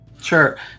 Sure